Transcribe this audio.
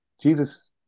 Jesus